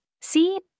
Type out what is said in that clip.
See